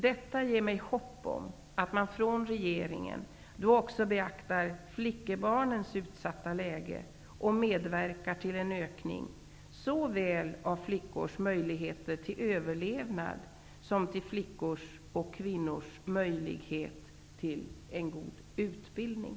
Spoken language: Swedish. Detta ger mig hopp om att man från regeringen även beaktar flickebarnens utsatta läge och medverkar till en ökning såväl av flickors möjligheter till överlevnad som till flickors och kvinnors möjligheter till en god utbildning.